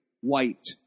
white